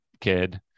kid